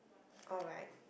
oh right